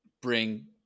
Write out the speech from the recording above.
bring